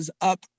up